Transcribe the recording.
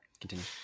continue